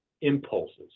impulses